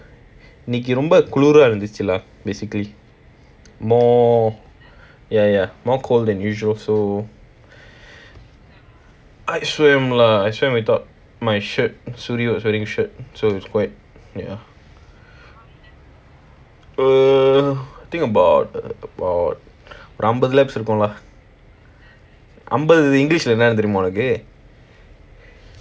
இன்னெக்கி ரொம்ப குளுர இருந்திச்சு:inneki romba kulura irunthichi lah basically more ya ya more cold than usual so I swam lah I swam we thought my shirt shuresh was wearing shirt so it's quite ya err I think about about அம்பது:ambathu laps இருக்கும்:irukkum lah அம்பது:ambathu english lah என்னனு தெரியுமா உனக்கு:ennanu theriyuma onakku